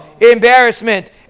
embarrassment